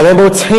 אבל הם רוצחים,